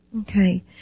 Okay